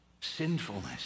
sinfulness